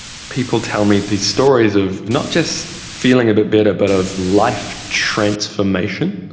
people tell me these stories of not just feeling a bit better but of life transformation.